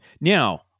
Now